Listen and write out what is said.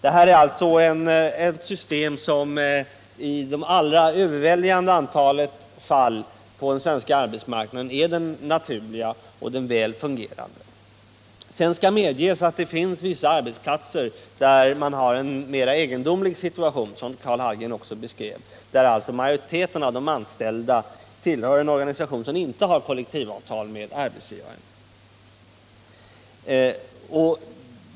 Det här är alltså ett system som i det övervägande flertalet fall på den svenska arbetsmarknaden är det naturliga och det väl fungerande. Dock skall medges att det finns vissa arbetsplatser där man har en mera egendomlig situation, som Karl Hallgren också beskrev, där majoriteten av de anställda tillhör en organisation som inte har kollektivavtal med arbetsgivaren.